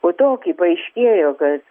po to kai paaiškėjo kad